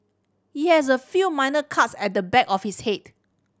he has a few minor cuts at the back of his head